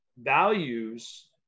values